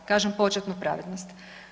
Kažem početnu pravednost.